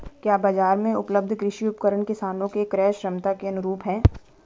क्या बाजार में उपलब्ध कृषि उपकरण किसानों के क्रयक्षमता के अनुरूप हैं?